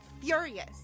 furious